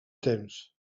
temps